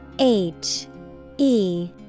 H-E-